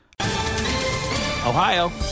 Ohio